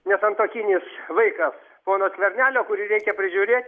nesantuokinis vaikas pono skvernelio kurį reikia prižiūrėt